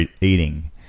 eating